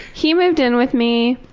he moved in with me.